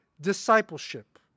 discipleship